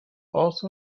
also